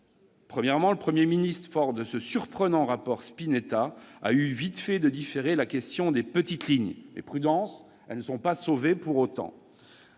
Premièrement, le Premier ministre, fort du surprenant rapport Spinetta, a eu vite fait de différer la question des petites lignes. Prudence, mes chers collègues, car elles ne sont pas sauvées pour autant